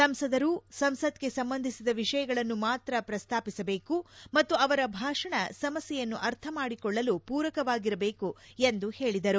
ಸಂಸದರು ಸಂಸತ್ಗೆ ಸಂಬಂಧಿಸಿದ ವಿಷಯಗಳನ್ನು ಮಾತ್ರ ಪ್ರಸ್ತಾಪಿಸಬೇಕು ಮತ್ತು ಅವರ ಭಾಷಣ ಸಮಸ್ಕೆಯನ್ನು ಅರ್ಥ ಮಾಡಿಕೊಳ್ಳಲು ಪೂರಕವಾಗಿರಬೇಕು ಎಂದು ಹೇಳಿದರು